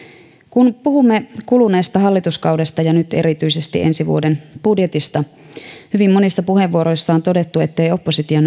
kun puhumme kuluneesta hallituskaudesta ja nyt erityisesti ensi vuoden budjetista hyvin monissa puheenvuoroissa on todettu ettei oppositio